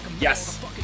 Yes